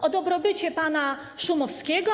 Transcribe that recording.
O dobrobycie pana Szumowskiego?